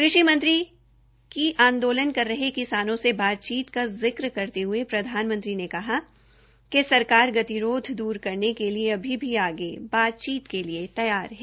कृषिा मंत्री की आंदोलन कर रहे किसानों से बातचीत की जिक्र करते प्रधानमंत्री ने कहा सरकार गतिरोध दूर करने के लिए अभी भी बातचीत के लिए तैयार है